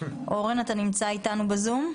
אורן, אתה בזום?